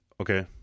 Okay